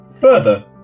Further